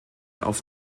auf